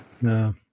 No